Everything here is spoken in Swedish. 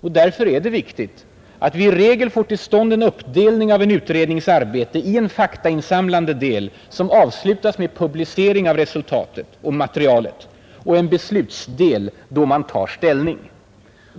Och därför är det viktigt att vi i regel får till stånd en uppdelning av en utrednings arbete i en faktainsamlande del, som avslutas med publicering av materialet, och en beslutsdel då man tar ställning.